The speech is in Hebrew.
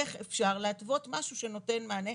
איך אפשר להתוות משהו שנותן מענה.